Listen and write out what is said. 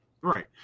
Right